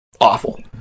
awful